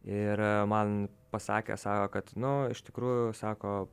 ir man pasakė sako kad nu iš tikrųjų sako